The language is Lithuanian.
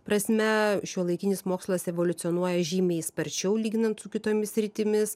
prasme šiuolaikinis mokslas evoliucionuoja žymiai sparčiau lyginant su kitomis sritimis